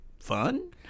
fun